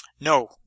No